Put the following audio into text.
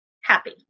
happy